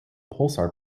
pulsar